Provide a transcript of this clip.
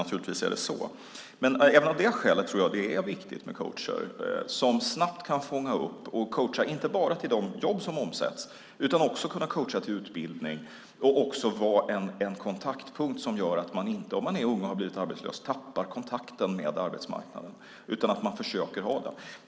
Naturligtvis är det så. Men även av det skälet tror jag att det är viktigt med coacher, som snabbt kan fånga upp och coacha inte bara till de jobb som omsätts utan också till utbildning och också vara en kontaktpunkt som gör att man om man är ung och har blivit arbetslös inte tappar kontakten med arbetsmarknaden, utan försöker ha den.